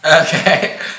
Okay